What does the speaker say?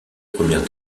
première